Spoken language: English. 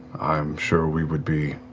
i'm sure we would be